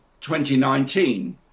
2019